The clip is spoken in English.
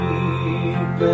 Deep